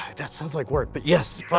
that sounds like work, but yes,